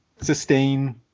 sustain